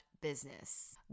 business